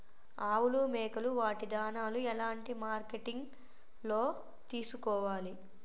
ఆవులు మేకలు వాటి దాణాలు ఎలాంటి మార్కెటింగ్ లో తీసుకోవాలి?